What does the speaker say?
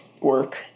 work